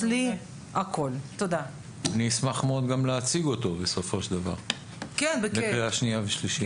אני אשמח מאוד גם להציג אותו בקריאה שנייה ושלישית.